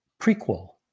prequel